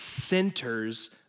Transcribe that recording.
centers